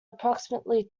approximately